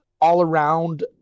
all-around